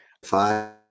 Five